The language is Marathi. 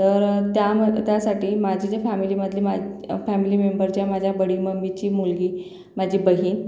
तर त्यामध्ये त्यासाठी माझी जी फॅमिलीमधली मा फॅमिली मेंबरच्या माझ्या बडी मम्मीची मुलगी माझी बहिण